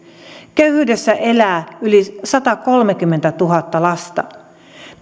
köyhyydessä elää yli satakolmekymmentätuhatta lasta